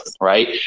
Right